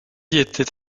était